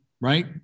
right